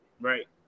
Right